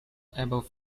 above